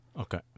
okay